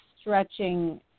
stretching